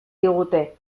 digute